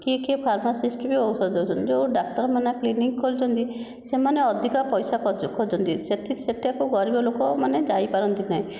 କିଏ କିଏ ଫାର୍ମାସିଷ୍ଟ୍ ବି ଔଷଧ ଦେଉଛନ୍ତି ଯେଉଁ ଡାକ୍ତରମାନେ କ୍ଲିନିକ୍ ଖୋଲିଛନ୍ତି ସେମାନେ ଅଧିକ ପଇସା ଖୋଜ ଖୋଜନ୍ତି ସେଇଠି ସେଠାକୁ ଗରିବ ଲୋକମାନେ ଯାଇପାରନ୍ତି ନାହିଁ